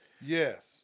yes